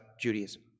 Judaism